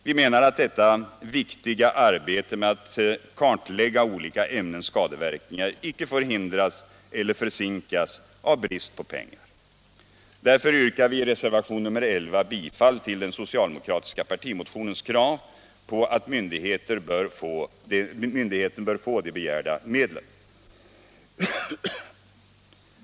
Vi menar att detta viktiga arbete med att kartlägga olika ämnens skadeverkningar icke får hindras eller försinkas av brist på pengar. Därför yrkar vi i reservationen 11 bifall till den socialdemokratiska partimotionens krav att myndigheten bör få de begärda medlen.